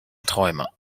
träumer